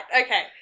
Okay